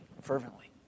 fervently